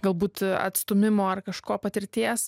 galbūt atstūmimo ar kažko patirties